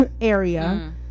area